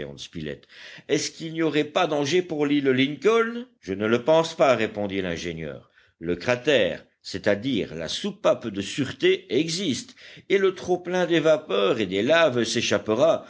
est-ce qu'il n'y aurait pas danger pour l'île lincoln je ne le pense pas répondit l'ingénieur le cratère c'est-àdire la soupape de sûreté existe et le trop-plein des vapeurs et des laves s'échappera